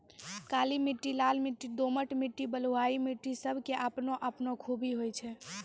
काली मिट्टी, लाल मिट्टी, दोमट मिट्टी, बलुआही मिट्टी सब के आपनो आपनो खूबी होय छै